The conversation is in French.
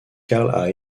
karl